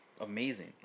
amazing